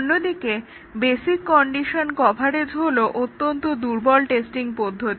অন্যদিকে basic condition coverage হলো অত্যন্ত দুর্বল টেস্টিং পদ্ধতি